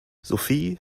sophie